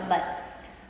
but